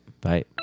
Bye